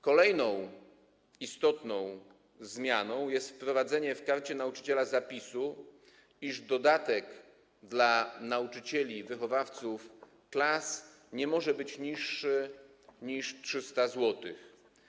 Kolejną istotną zmianą jest wprowadzenie w Karcie Nauczyciela zapisu, iż dodatek dla nauczycieli wychowawców klas nie może być niższy niż 300 zł.